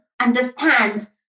understand